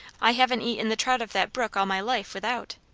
i haven't eaten the trout of that brook all my life, without.